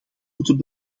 moeten